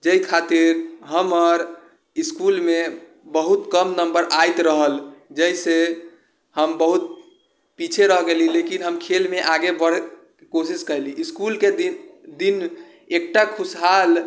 जाहि खातिर हमर इसकुलमे बहुत कम नम्बर आबैत रहल जैसे हम बहुत पीछे रह गेली लेकिन हम खेलमे आगे बढ़ैके कोशिश कयली इसकुलके दिन एकटा खुशहाल